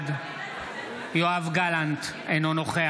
בעד יואב גלנט, אינו נוכח